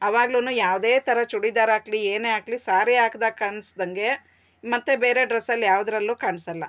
ಅವಾಗಲೂ ಯಾವುದೇ ಥರದ ಚೂಡಿದಾರ್ ಹಾಕ್ಲಿ ಏನೇ ಹಾಕ್ಲಿ ಸಾರಿ ಹಾಕ್ದಾಗ ಕಾಣಿಸಿದಂಗೆ ಮತ್ತೆ ಬೇರೆ ಡ್ರೆಸ್ಸಲ್ಲಿ ಯಾವುದರಲ್ಲೂ ಕಾಣಿಸಲ್ಲ